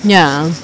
ya